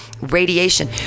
Radiation